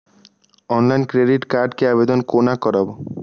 Online credit card के आवेदन कोना करब?